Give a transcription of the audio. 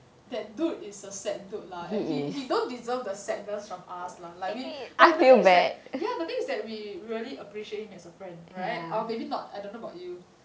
that dude is a sad dude lah and he he don't deserve the sadness from us lah like we like the thing is that the thing is that we really appreciate him as a friend right or maybe not I don't know about you